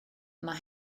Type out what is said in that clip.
mae